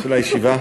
של הישיבה,